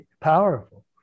powerful